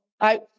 I-